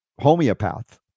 homeopath